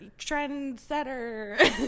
trendsetter